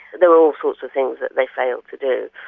there were all sorts of things that they failed to do.